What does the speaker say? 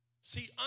See